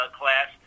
class